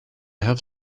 have